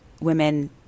women